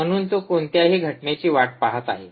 म्हणून तो कोणत्याही घटनेची वाट पाहत आहे